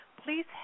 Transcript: please